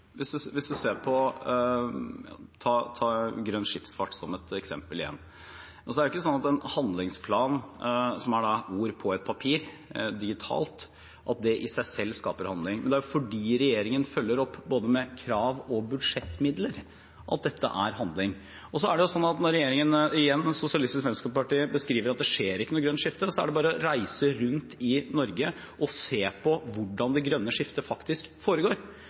Hvis vi ser på grønn skipsfart som et eksempel igjen: Det er ikke slik at en handlingsplan som er ord på et papir – digitalt – i seg selv skaper handling, men det er fordi regjeringen følger opp med både krav og budsjettmidler at dette er handling. Når Sosialistisk Venstreparti beskriver det som om det ikke skjer noe grønt skifte, er det bare å reise rundt i Norge og se på hvordan det grønne skiftet faktisk foregår